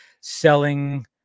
selling